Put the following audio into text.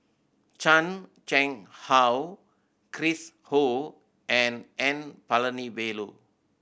Chan Chang How Chris Ho and N Palanivelu